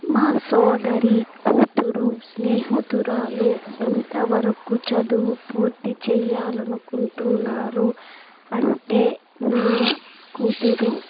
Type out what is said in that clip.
మా సోదరి కూతురు స్నేహితురాలు ఎంత వరకు చదువు పూర్తి చేయాలనుకుంటున్నారు అంటే నా కూతురు